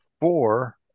Four